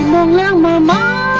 la la la